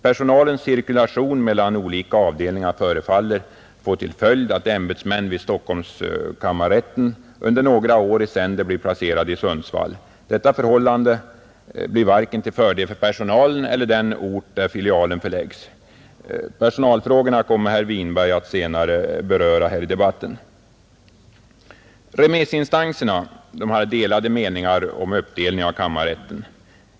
Personalens cirkulation mellan olika avdelningar synes få till följd att ämbetsmän vid kammarrätten i Stockholm under några år i sänder blir placerade i Sundsvall. Detta förhållande blir inte till fördel vare sig för personalen eller för den ort dit filialen förläggs. Personalfrågorna kommer herr Winberg att beröra senare i debatten. Remissinstanserna hade olika meningar beträffande förslaget att uppdela kammarrätten.